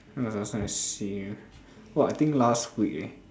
when was the last time I see him !wah! I think last week eh